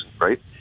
right